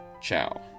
Ciao